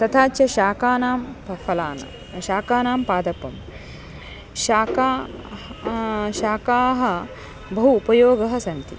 तथा च शाकानां फ फलानां शाकानां पादपं शाकाः शाकाः बहु उपयोगः सन्ति